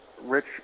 Rich